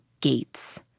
gates